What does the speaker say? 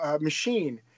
machine